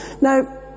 Now